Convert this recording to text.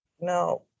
no